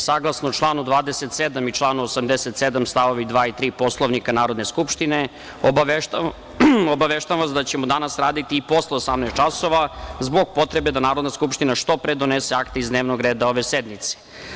Saglasno članu 27. i članu 87. st. 2. i 3. Poslovnika Narodne skupštine, obaveštavam vas da ćemo danas raditi i posle 18.00 časova zbog potrebe da Narodna skupština što pre donese akte iz dnevnog reda ove sednice.